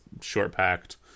short-packed